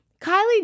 Kylie